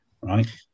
right